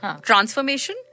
transformation